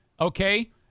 Okay